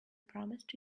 promised